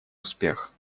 успех